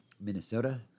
Minnesota